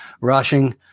rushing